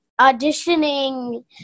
auditioning